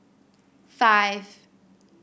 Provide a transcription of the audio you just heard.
five